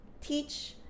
teach